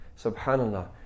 subhanAllah